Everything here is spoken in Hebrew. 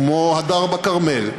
כמו הדר בכרמל,